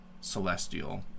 celestial